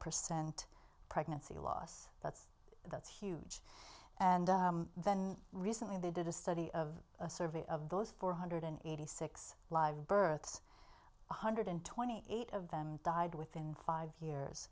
percent pregnancy loss but that's huge and then recently they did a study of a survey of those four hundred and eighty six live births one hundred twenty eight of them died within five years